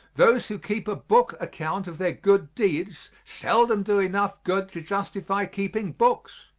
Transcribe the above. those who keep a book account of their good deeds seldom do enough good to justify keeping books.